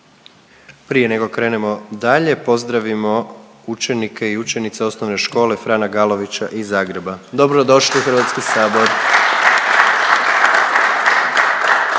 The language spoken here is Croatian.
Prije nego krenemo dalje, pozdravimo učenike i učenice Osnovne škole Frana Galovića iz Zagreba. Dobrodošli u Hrvatski sabor.